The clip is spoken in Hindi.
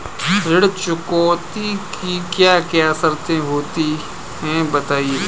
ऋण चुकौती की क्या क्या शर्तें होती हैं बताएँ?